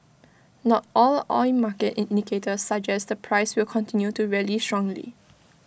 not all oil market indicators suggest the price will continue to rally strongly